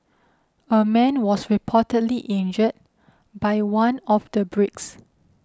a man was reportedly injured by one of the bricks